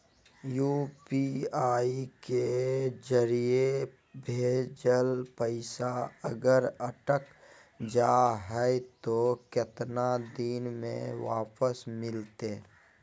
UPI के जरिए भजेल पैसा अगर अटक जा है तो कितना दिन में वापस मिलते?